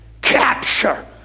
Capture